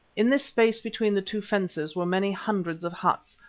in this space between the two fences were many hundreds of huts,